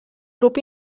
grup